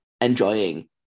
enjoying